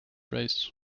race